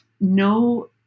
no